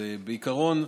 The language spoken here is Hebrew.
בעיקרון,